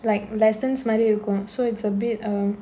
like lessons மாறி இருக்கும்:maari irukkum so it's a bit um